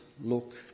look